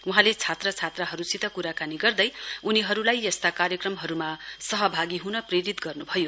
वहाँले छात्रचात्राहरुसित कुराकानी गर्दै उनीहरुलाई यस्ता कार्यक्रमहरुमा सहभागी हुन प्रेरित गर्नुभयो